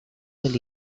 del